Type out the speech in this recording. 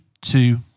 two